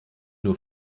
nur